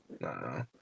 No